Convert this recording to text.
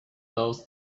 those